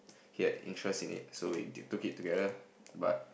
he had interest in it so we took it together but